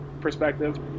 perspective